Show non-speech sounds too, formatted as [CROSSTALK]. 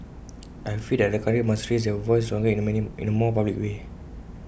[NOISE] I feel that other countries must raise their voice stronger in A many in A more public way